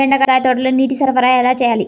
బెండకాయ తోటలో నీటి సరఫరా ఎలా చేయాలి?